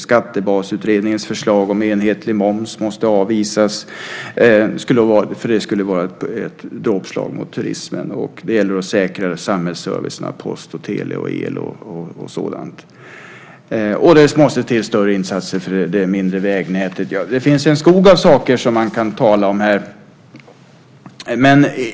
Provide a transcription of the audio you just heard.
Skattebasutredningens förslag om enhetlig moms måste avvisas då det skulle vara ett dråpslag mot turismen. Det gäller också att säkra samhällsservicen - post, tele, el och sådant. Dessutom måste större insatser göras för det mindre vägnätet. Det finns en skog av saker som man kan tala om i detta sammanhang.